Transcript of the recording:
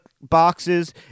boxes